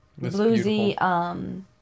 Bluesy